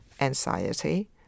anxiety